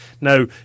Now